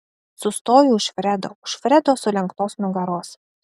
sustoju už fredo už fredo sulenktos nugaros